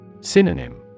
Synonym